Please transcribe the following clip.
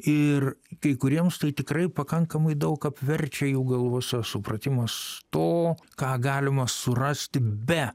ir kai kuriems tai tikrai pakankamai daug apverčia jų galvose supratimas to ką galima surasti be